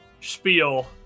spiel